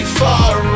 far